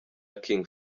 king